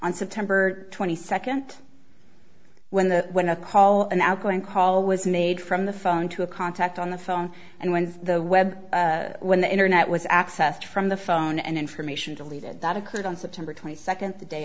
on september twenty second when the when a call an outgoing call was made from the phone to a contact on the phone and when the web when the internet was accessed from the phone and information deleted that occurred on september twenty second t